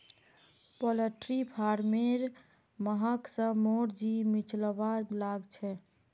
poultry farmer महक स मोर जी मिचलवा लाग छ